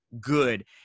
good